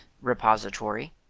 repository